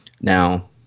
Now